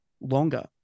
longer